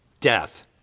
death